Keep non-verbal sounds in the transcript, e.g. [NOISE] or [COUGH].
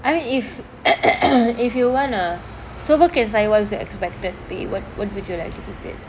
I mean if [COUGHS] if you want a so working site what is your expected pay what what would would you like to keep it